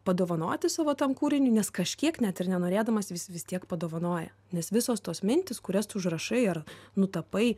padovanoti savo tam kūriniui nes kažkiek net ir nenorėdamas vis vis tiek padovanoja nes visos tos mintys kurias tu užrašai ar nutapai